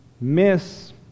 miss